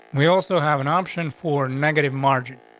we also have an option for negative margin.